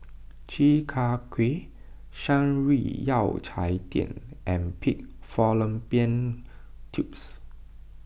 Chi Kak Kuih Shan Rui Yao Cai Tang and Pig Fallopian Tubes